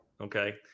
Okay